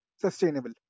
sustainable